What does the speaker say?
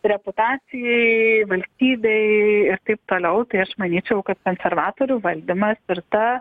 reputacijai valstybei ir taip toliau tai aš manyčiau kad konservatorių valdymas ir ta